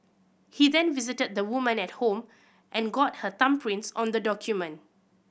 he then visited the woman at the home and got her thumbprints on the document